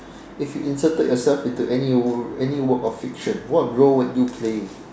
if you inserted yourself into any work any work of fiction what role would you play